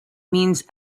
means